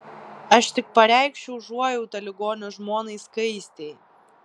aš tik pareikšiu užuojautą ligonio žmonai skaistei